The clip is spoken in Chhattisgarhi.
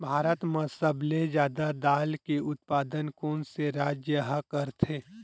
भारत मा सबले जादा दाल के उत्पादन कोन से राज्य हा करथे?